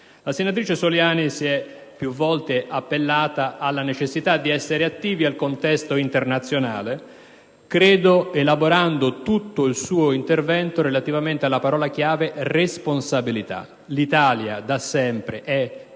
La senatrice Soliani si è più volte appellata alla necessità di essere attivi nel contesto internazionale. Rielaborando tutto il suo intervento, credo che la parola chiave sia stata «responsabilità». L'Italia da sempre è capofila